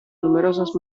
numerosas